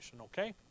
okay